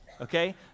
Okay